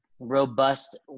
robust